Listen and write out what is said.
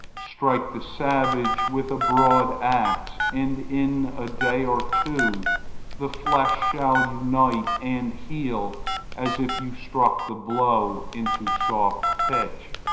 strike the savage with a broad axe and in a day or two the flesh shall unite and heal as if you struck the blow into soft pitch,